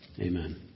Amen